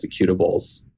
executables